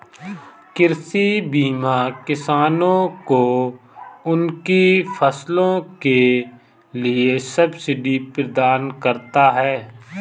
कृषि बीमा किसानों को उनकी फसलों के लिए सब्सिडी प्रदान करता है